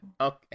Okay